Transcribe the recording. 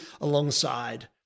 alongside